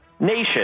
nation